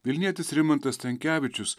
vilnietis rimantas stankevičius